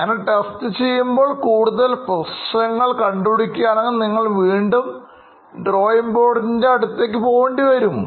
അങ്ങനെ ടെസ്റ്റ് ചെയ്യുമ്പോൾ കൂടുതൽ പ്രശ്നങ്ങൾ കണ്ടു പിടിക്കുകയാണെങ്കിൽ നിങ്ങൾ വീണ്ടും ഡ്രോയിങ് ബോർഡ്ൻറെ അടുത്തേക്ക് പോവുക